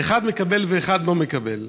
אחד מקבל ואחד לא מקבל.